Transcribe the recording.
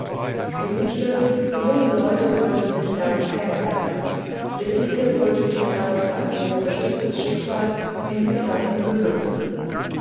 sie wünschte die jungen leute sollten sich erst kennenlernen friederike sollte sich erst an ihr bestimmtes schicksal in gedanken gewöhnen